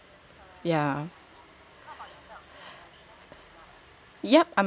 yeah